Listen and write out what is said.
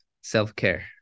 self-care